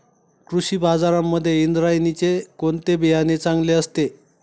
कृषी बाजारांमध्ये इंद्रायणीचे कोणते बियाणे चांगले असते?